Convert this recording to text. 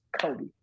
Kobe